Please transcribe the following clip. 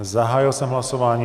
Zahájil jsem hlasování.